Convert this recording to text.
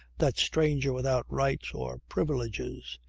that stranger without right or privileges.